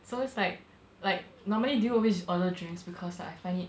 so it's like like normally do you always order drinks like because I find it